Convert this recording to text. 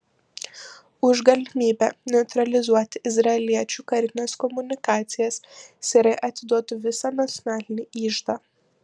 už galimybę neutralizuoti izraeliečių karines komunikacijas sirai atiduotų visą nacionalinį iždą